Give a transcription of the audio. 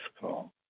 call